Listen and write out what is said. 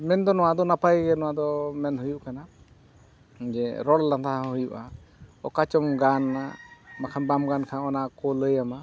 ᱢᱮᱱ ᱫᱚ ᱱᱚᱣᱟ ᱫᱚ ᱱᱟᱯᱟᱭ ᱜᱮ ᱱᱚᱣᱟ ᱫᱚ ᱢᱮᱱ ᱦᱩᱭᱩᱜ ᱠᱟᱱᱟ ᱡᱮ ᱨᱚᱲ ᱞᱟᱸᱫᱟ ᱦᱚᱸ ᱦᱩᱭᱩᱜᱼᱟ ᱚᱠᱟ ᱪᱚᱝ ᱜᱟᱱᱟ ᱵᱟᱝᱠᱷᱟᱱ ᱵᱟᱢ ᱜᱟᱱ ᱠᱷᱟᱱ ᱚᱱᱟ ᱠᱚ ᱞᱟᱹᱭ ᱟᱢᱟ